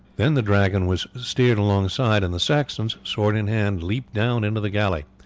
then the dragon was steered alongside, and the saxons, sword in hand, leaped down into the galley.